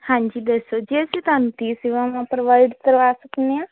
ਹਾਂਜੀ ਦੱਸੋ ਜੀ ਅਸੀਂ ਤੁਹਾਨੂੰ ਕੀ ਸੇਵਾਵਾਂ ਪ੍ਰੋਵਾਈਡ ਕਰਵਾ ਸਕਦੇ ਆਂ